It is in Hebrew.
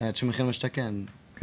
דירה של מחיר למשתכן, כן.